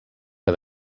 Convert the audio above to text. que